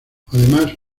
además